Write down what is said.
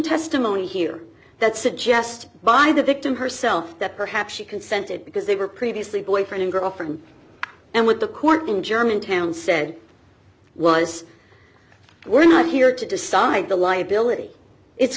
testimony here that suggest by the victim herself that perhaps she consented because they were previously boyfriend and girlfriend and with the court in germantown said was we're not here to decide the liability it's